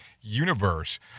Universe